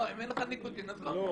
אם אין לך ניקוטין אז לא.